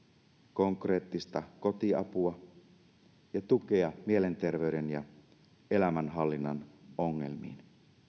konkreettista kotiapua ja tukea mielenterveyden ja elämänhallinnan ongelmiin